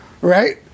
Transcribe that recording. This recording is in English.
Right